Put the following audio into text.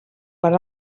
per